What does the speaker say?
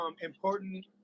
important